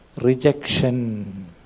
rejection